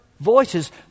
voices